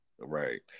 right